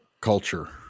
culture